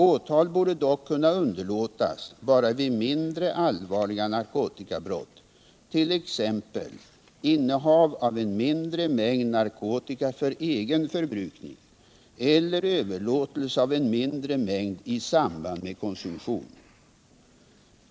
Åtal borde dock kunna underlåtas bara vid mindre allvarliga narkotikabrott, t.ex. innehav av en mindre mängd narkotika för egen förbrukning eller överlåtelse av en mindre mängd i samband med korisumtion.